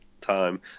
time